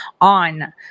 on